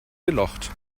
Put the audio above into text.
gelocht